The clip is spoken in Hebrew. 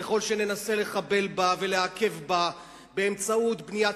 ככל שננסה לחבל בה ולעכב אותה באמצעות בניית